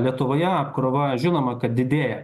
lietuvoje apkrova žinoma kad didėja